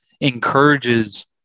encourages